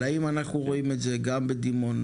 אבל האם אנחנו רואים את זה גם בדימונה,